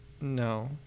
No